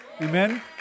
Amen